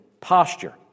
posture